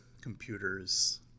computers